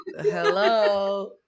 Hello